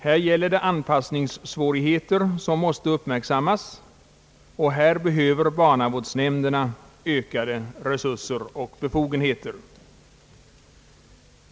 Här gäller det anpassningssvårigheter som måste uppmärksammas, och här behöver barnavårdsnämnden ökade resurser och befogenheter.